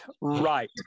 Right